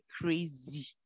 crazy